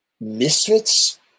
Misfits